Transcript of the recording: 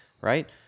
right